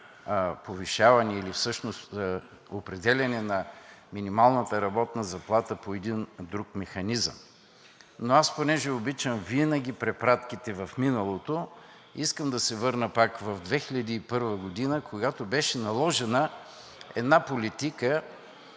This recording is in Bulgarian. повишаване или всъщност определяне на минималната работна заплата по един друг механизъм. Но понеже винаги обичам препратките в миналото, искам да се върна пак в 2001 г., когато беше наложена една политика,